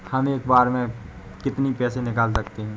हम एक बार में कितनी पैसे निकाल सकते हैं?